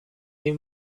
این